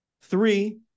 Three